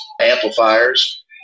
Amplifiers